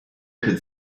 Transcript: could